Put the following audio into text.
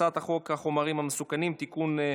הצעת חוק החומרים המסוכנים (תיקון,